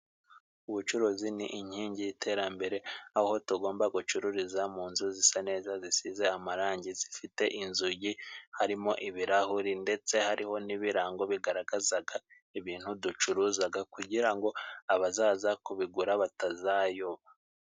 Ubucuruzi ni inkingi y'iterambere aho tugomba gucururiza mu nzu zisa neza, zisize amarangi zifite inzugi, harimo ibirahuri ndetse hariho n'ibirango bigaragazaga ibintu ducuruzaga kugira ngo abazaza kubigura batazayoba.